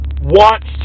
wants